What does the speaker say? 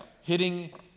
hitting